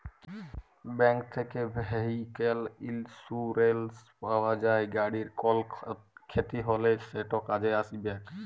bank থ্যাকে vehicle insurance পাউয়া যায়, গাড়ির কল খ্যতি হ্যলে সেট কাজে আইসবেক